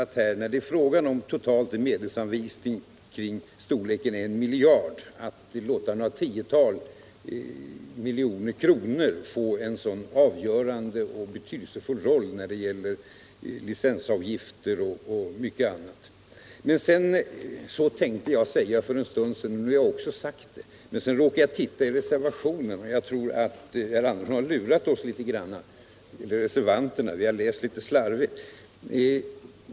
När det alltså är fråga om en total 'medelsanvisning kring storleken I miljard kronor tycker jag att det känns lustigt att låta några tiotal miljoner kronor få en sådan avgörande och betydelsefull roll när det gäller licensavgifter och mycket annat. För en stund sedan lade jag märke till en sak när jag tittade i reservationen. Jag tror att herr Andersson i Lycksele lurat oss en smula. Och vi har läst litet slarvigt i reservationen.